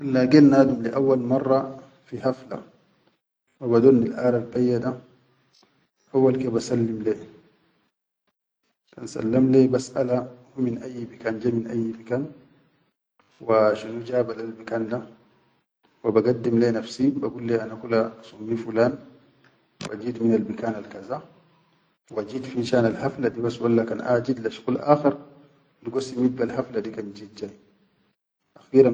Kan legit nadum le awwal marra fi hafla wa bador nilarraf beyya da awwal ke basallim le, kan sallam le basʼala hu min ayyi bikan ja min ayyi bikan wa shunu jaba lel bikan da, wa bagaddim le nafsi, bagul le ana kula summi fulan, wa jeet minal bikan al-kaza, wa jit finshanal hafla dibas walla kan aʼa jit le shuqul aʼakhar digo simit bel hafla di kan jit jai.